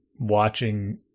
watching